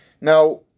Now